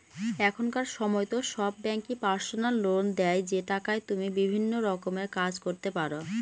এখনকার সময়তো সব ব্যাঙ্কই পার্সোনাল লোন দেয় যে টাকায় তুমি বিভিন্ন রকমের কাজ করতে পারো